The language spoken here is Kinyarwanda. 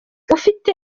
ufite